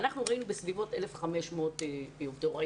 אנחנו ראינו בסביבות 1,500 עובדי הוראה.